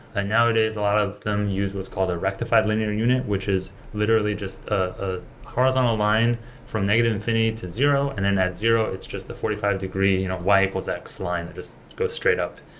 now it is a lot of them use what's called a rectified linear unit, which is literally just a horizontal line from negative infinity to zero, and then that zero it's just a forty five degree you know y equals x line. it just goes straight up.